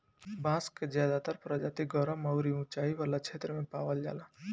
बांस के ज्यादातर प्रजाति गरम अउरी उचाई वाला क्षेत्र में पावल जाला